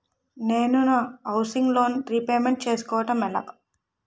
నేను నా housing loan repayment చేసుకోవటం ఎలా?